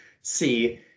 see